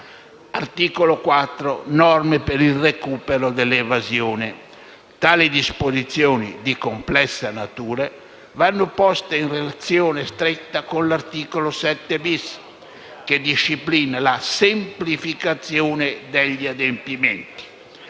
l'articolo 4 e le norme per il recupero dell'evasione, tali disposizioni, di complessa natura, vanno poste in relazione stretta con l'articolo 7-*bis*, che disciplina la semplificazione degli adempimenti.